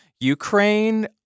Ukraine